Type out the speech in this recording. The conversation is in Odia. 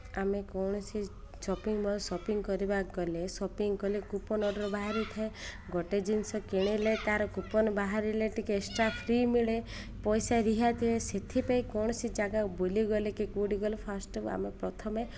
ଆମେ କୌଣସି ସପିଂ ମଲ୍ ସପିଂ କରିବାକୁ ଗଲେ ସପିଂ କଲେ କୁପନ୍ ଅର୍ଡ଼ର୍ ବାହାରିଥାଏ ଗୋଟେ ଜିନିଷ କିଣିଲେ ତା'ର କୁପନ୍ ବାହାରିଲେ ଟିକିଏ ଏକ୍ସଟ୍ରା ଫ୍ରି ମିଳେ ପଇସା ରିହାତି ଦିଏ ସେଥିପାଇଁ କୌଣସି ଜାଗାକୁ ବୁଲିଗଲେ କି କେଉଁଠି ଗଲେ ଫାଷ୍ଟ୍ ଆମେ ପ୍ରଥମେ